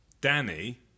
Danny